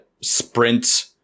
sprint